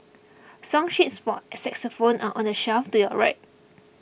song sheets for xylophones are on the shelf to your right